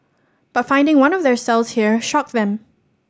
but finding one of their cells here shocked them